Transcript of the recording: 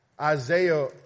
Isaiah